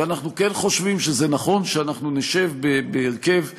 ואנחנו כן חושבים שזה נכון שאנחנו נשב בהרכב רחב,